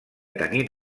tenir